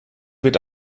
wird